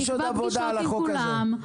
נקבע פגישות עם כולם,